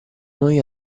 noi